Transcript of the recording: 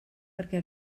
perquè